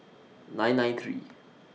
nine nine three